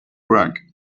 wrong